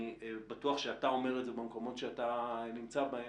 אני בטוח שאתה אומר את זה במקומות שאתה נמצא בהם,